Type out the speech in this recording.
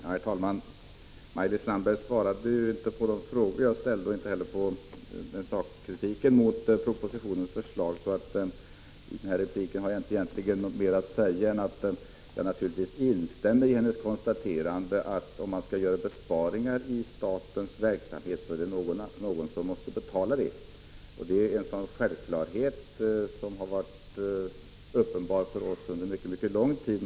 Herr talman! Maj-Lis Landberg svarade ju inte på de frågor jag ställde och tog heller inte upp min sakkritik mot propositionsförslaget. Därför har jag egentligen inte mer att säga i denna replik än att jag naturligtvis instämmer i hennes konstaterande, att om man gör besparingar i statens verksamhet, så måste någon betala dessa. Det är en självklarhet som varit uppenbar för oss under mycket lång tid.